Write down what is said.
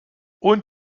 und